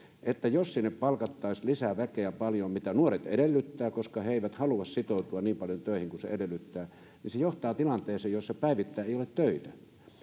että jos sinne palkattaisiin lisää väkeä paljon mitä nuoret edellyttävät koska he eivät halua sitoutua niin paljon töihin kuin se edellyttää niin se johtaa tilanteeseen jossa päivittäin ei ole töitä